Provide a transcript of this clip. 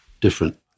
different